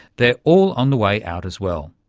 they're all on the way out as well.